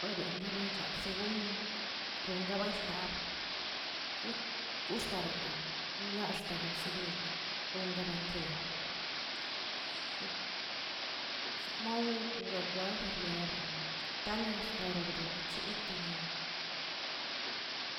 Wadin rabasauchi gon ronrobaija, kux- kuxtarakdoꞌ gulaxta lo sibil gonra batrion, se- sekmod to dekwaridiereda tale xtarabdo' cheteni